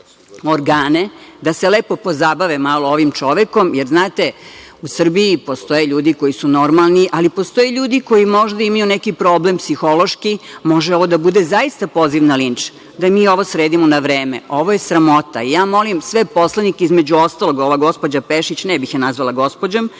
da se lepo pozabave malo ovim čovekom, jer, znate, u Srbiji postoje ljudi koji su normalni, ali postoje ljudi koji možda imaju neki problem psihološki. Može ovo da bude zaista poziv na linč. Da mi ovo sredimo na vreme. Ovo je sramota. Ja molim sve poslanike, između ostalog, ova gospođa Pešić, ne bih je nazvala gospođom,